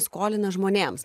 skolina žmonėms